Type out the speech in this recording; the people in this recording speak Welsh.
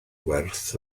werth